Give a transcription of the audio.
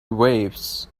waves